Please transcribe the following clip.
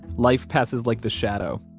life passes like this shadow.